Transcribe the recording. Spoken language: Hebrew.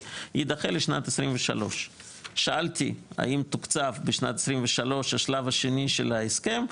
יידחה לשנת 2023. שאלתי האם תוקצב בשנת 2023 השלב השני של ההסכם?